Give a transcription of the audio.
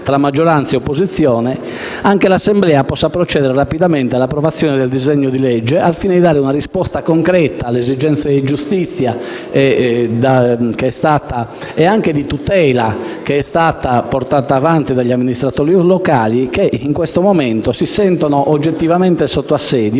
tra maggioranza e opposizione, anche l'Assemblea possa procedere rapidamente all'approvazione del disegno di legge in esame, al fine di dare una risposta concreta alle esigenze di giustizia e di tutela, portate avanti dagli amministratori locali, che in questo momento si sentono oggettivamente sotto assedio,